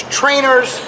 trainers